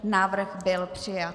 Návrh byl přijat.